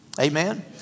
amen